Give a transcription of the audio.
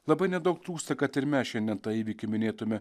labai nedaug trūksta kad ir mes šiandien tą įvykį minėtume